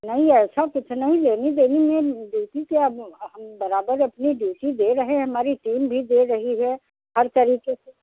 नहीं ऐसा कुछ नहीं लेनी देनी में ड्यूटी क्या हम बराबर अपनी ड्यूटी दे रहे रहें हैं हमारी टीम भी दे रही है हर तरीके से